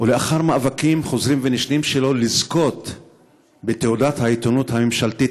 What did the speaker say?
לאחר מאבקים חוזרים ונשנים שלו לזכות בתעודת העיתונות הממשלתית,